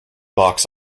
box